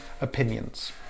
opinions